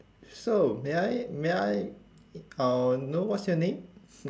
so may I may I uh know what's your name